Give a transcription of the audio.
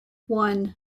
one